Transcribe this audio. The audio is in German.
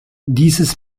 dieses